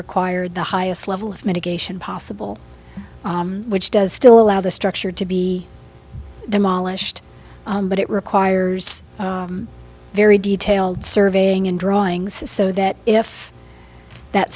required the highest level of mitigation possible which does still allow the structure to be demolished but it requires very detailed surveying and drawings so that if that